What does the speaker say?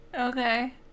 Okay